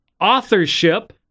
authorship